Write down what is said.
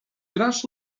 grasz